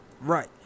Right